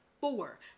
four